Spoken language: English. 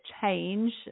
change